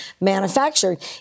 manufactured